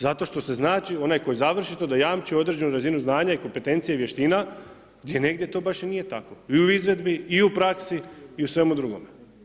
Zato što se zna onaj koji završi to da jamči određenu razinu znanja i kompetencije i vještina gdje negdje to baš i nije tako i u izvedbi i u praksi i u svemu drugome.